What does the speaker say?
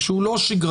שהוא לא שגרתי,